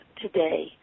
today